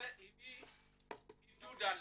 זה הביא עידוד עליה.